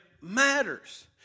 matters